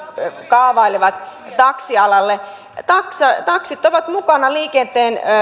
kaavailevat taksialalle taksit ovat mukana